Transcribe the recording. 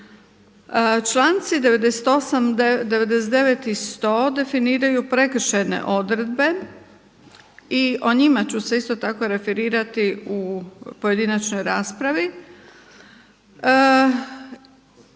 Članci 98., 99. i 100. definiraju prekršajne odredbe i o njima ću se isto tako referirati u pojedinačnoj raspravi